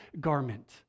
garment